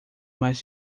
mais